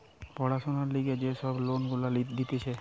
পড়াশোনার লিগে যে সব লোন গুলা দিতেছে